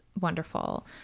wonderful